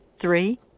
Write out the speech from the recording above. Three